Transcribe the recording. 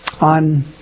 on